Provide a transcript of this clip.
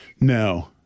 No